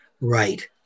right